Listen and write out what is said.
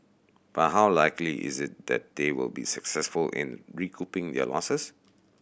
but how likely is it that they will be successful in recouping their losses